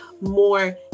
more